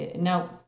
now